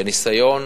בניסיון